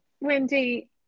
Wendy